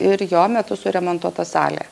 ir jo metu suremontuota salė